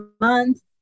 month